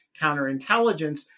counterintelligence